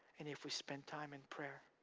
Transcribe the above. and if we spend time in prayer.